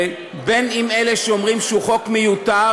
בין אם אלה שאומרים שהוא חוק מיותר,